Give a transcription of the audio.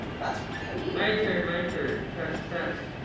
that's pretty neat. my turn, my turn test test.